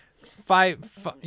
five